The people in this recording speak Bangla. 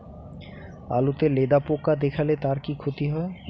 আলুতে লেদা পোকা দেখালে তার কি ক্ষতি হয়?